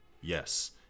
yes